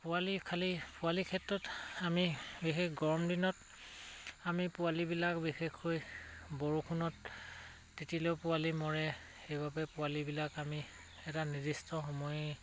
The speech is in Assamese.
পোৱালি খালি পোৱালিৰ ক্ষেত্ৰত আমি বিশেষ গৰম দিনত আমি পোৱালিবিলাক বিশেষকৈ বৰষুণত তিতিলেও পোৱালি মৰে সেইবাবে পোৱালিবিলাক আমি এটা নিৰ্দিষ্ট সময়